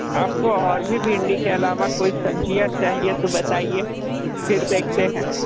आपको और भी भिंडी के अलावा कोई सब्ज़ियाँ चाहिए तो बताइए फिर देखते हैं